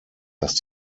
dass